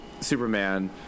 Superman